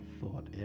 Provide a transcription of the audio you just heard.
thought